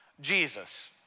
Jesus